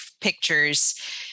pictures